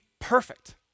perfect